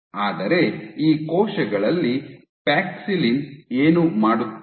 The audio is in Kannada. ಹಾಗಾದರೆ ಈ ಕೋಶಗಳಲ್ಲಿ ಪ್ಯಾಕ್ಸಿಲಿನ್ ಏನು ಮಾಡುತ್ತಿದೆ